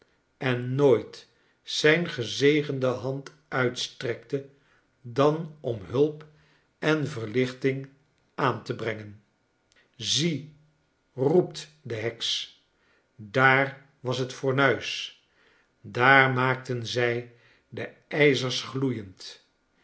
en nooit zijn gezegende hand uitstrekte dan om hulp en verlichting aan te brengen zie roept de heks daar was het fornuis daar maakten zij de ijzers gloeiend